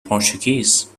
portuguese